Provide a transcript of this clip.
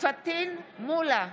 פטין מולא,